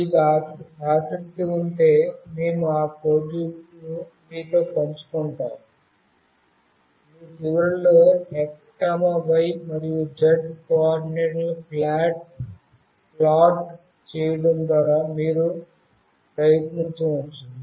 మీకు ఆసక్తి ఉంటే మేము ఆ కోడ్లను మీతో పంచుకొంటాం మీ చివరలో x y మరియు z కోఆర్డినేట్లను ప్లాట్ చేయడం ద్వారా మీరు ప్రయత్నించవచ్చు